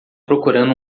procurando